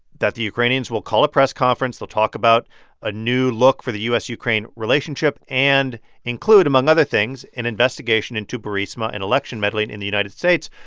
that the ukrainians will call a press conference. they'll talk about a new look for the u s ukraine relationship and include, among other things, an investigation into burisma and election meddling in the united states,